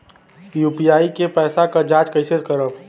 UPI के पैसा क जांच कइसे करब?